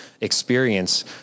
experience